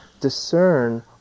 discern